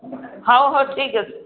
ହଉ ହଉ ଠିକ୍ ଅଛି